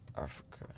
Africa